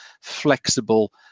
flexible